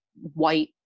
white